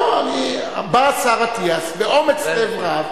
בא השר אטיאס באומץ לב רב